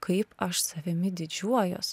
kaip aš savimi didžiuojuos